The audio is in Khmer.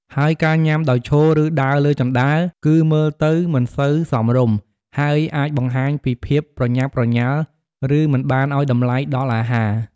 ហើយការញ៉ាំដោយឈរ ឬដើរលើជណ្ដើរ គឺមើលទៅមិនសូវសមរម្យ ហើយអាចបង្ហាញពីភាពប្រញាប់ប្រញាល់ ឬមិនបានឲ្យតម្លៃដល់អាហារ។